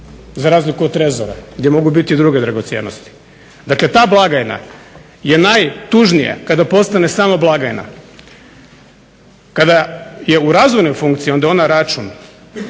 za razliku od trezora gdje mogu biti i druge dragocjenosti. Dakle ta blagajna je najtužnije kada postane samo blagajna. Kada je u razvojnoj funkciji onda je ona račun,